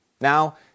Now